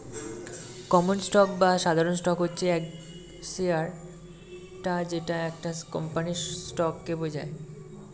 common stock বা সাধারণ stock হচ্ছে সেই শেয়ারটা যেটা একটা কোম্পানির স্টককে বোঝায়